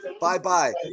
Bye-bye